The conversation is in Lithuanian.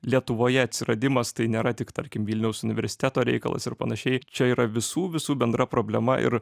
lietuvoje atsiradimas tai nėra tik tarkim vilniaus universiteto reikalas ir panašiai čia yra visų visų bendra problema ir